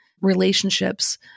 relationships